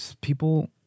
people